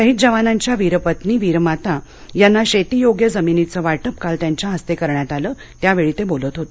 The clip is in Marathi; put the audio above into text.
शहीद जवानांच्या वीरपत्नी वीरमाता यांना शेतीयोग्य जमिनीच वाटप काल त्यांच्या हस्ते करण्यात आलं त्यावेळी ते बोलत होते